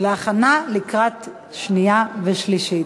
להכנה לקראת קריאה שנייה ושלישית.